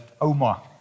Omar